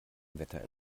wetter